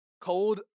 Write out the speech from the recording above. cold